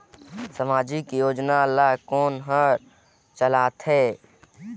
समाजिक योजना ला कोन हर चलाथ हे?